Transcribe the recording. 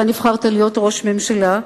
אתה נבחרת להיות ראש ממשלה,